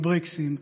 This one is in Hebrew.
הברקסים,